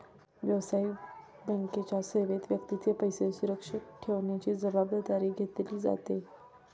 व्यावसायिक बँकेच्या सेवेत व्यक्तीचे पैसे सुरक्षित ठेवण्याची जबाबदारी घेतली जाते